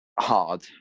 hard